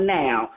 now